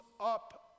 up